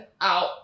out